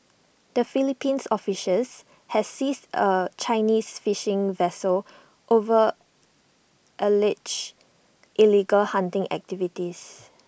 the Philippines officials has seizes A Chinese fishing vessel over alleged illegal hunting activities